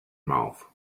mouth